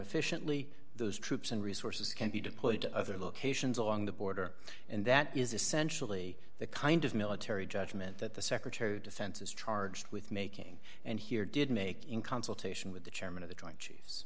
efficiently those troops and resources can be deployed to other locations along the border and that is essentially the kind of military judgment that the secretary of defense is charged with making and here did make in consultation with the chairman of the